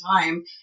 time